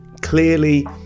clearly